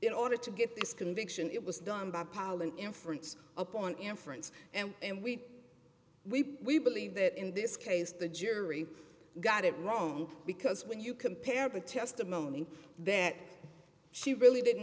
in order to get this conviction it was done by powell and inference upon inference and we we believe that in this case the jury got it wrong because when you compare the testimony that she really didn't